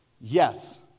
Yes